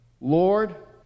Lord